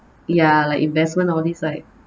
ya like investment all these like